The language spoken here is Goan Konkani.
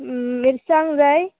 मिरसांग जाय